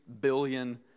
billion